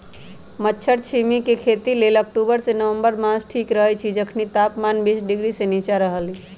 मट्टरछिमि के खेती लेल अक्टूबर से नवंबर मास ठीक रहैछइ जखनी तापमान तीस डिग्री से नीचा रहलइ